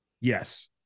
Yes